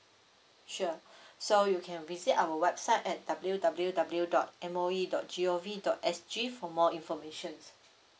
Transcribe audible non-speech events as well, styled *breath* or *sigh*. sure *breath* so you can visit our website at W W W dot M O E dot G O V dot S G for more information